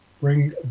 bring